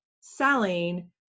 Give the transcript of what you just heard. selling